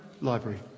Library